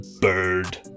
Bird